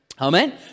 Amen